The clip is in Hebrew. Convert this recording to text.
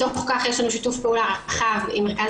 בתוך כך יש לנו שיתוף פעולה רחב עם המרכז